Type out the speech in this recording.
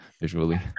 visually